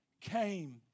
came